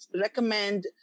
recommend